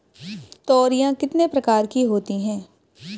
तोरियां कितने प्रकार की होती हैं?